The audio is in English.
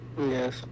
Yes